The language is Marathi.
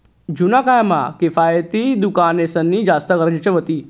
जुना काय म्हा किफायती दुकानेंसनी जास्ती गरज व्हती